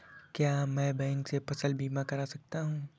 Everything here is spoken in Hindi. क्या मैं बैंक से फसल बीमा करा सकता हूँ?